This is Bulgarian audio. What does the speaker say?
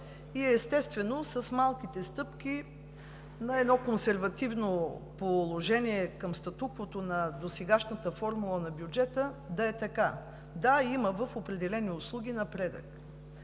И, естествено, с малките стъпки на едно консервативно положение към статуквото на досегашната формула на бюджета, да е така. Да, има в определени услуги напредък,